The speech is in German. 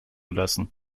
lassen